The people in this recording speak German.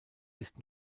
ist